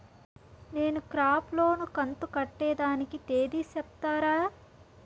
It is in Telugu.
నేను క్రాప్ లోను కంతు కట్టేదానికి తేది సెప్తారా?